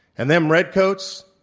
and them red coats,